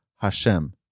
Hashem